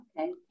Okay